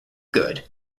good